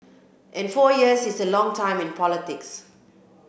and four years is a long time in politics